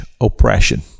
oppression